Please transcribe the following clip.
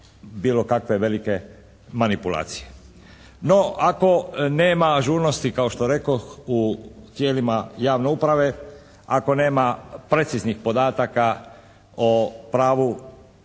bilo kakve velike manipulacije. No, ako nema ažurnosti kao što rekoh u tijelima javne uprave, ako nema preciznih podataka o pravu